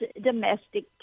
domestic